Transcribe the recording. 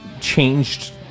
changed